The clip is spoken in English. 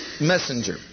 messenger